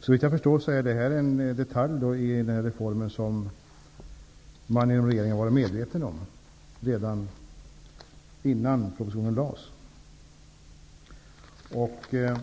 Såvitt jag förstår är det här en detalj i reformen som regeringen var medveten om redan innan propositionen lades fram.